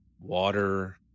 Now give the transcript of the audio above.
water